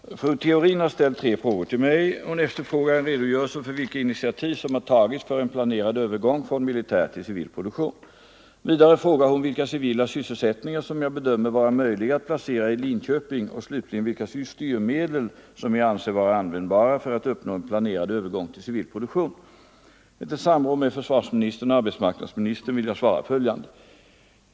Herr talman! Fru Theorin har ställt tre frågor till mig. Hon efterfrågar en redogörelse för vilka initiativ som har tagits för en planerad övergång från militär till civil produktion. Vidare frågar hon vilka civila sysselsättningar som jag bedömer vara möjliga att placera i Linköping och slutligen vilka styrmedel som jag anser vara användbara för att uppnå en planerad övergång till civil produktion. Efter samråd med försvarsministern och arbetsmarknadsministern vill jag svara följande.